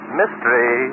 mystery